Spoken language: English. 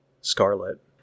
Scarlet